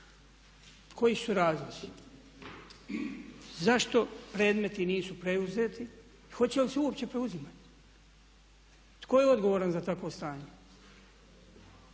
Koji su razlozi? Zašto predmeti nisu preuzeti? Hoće li se uopće preuzimati? Tko je odgovoran za takvo stanje?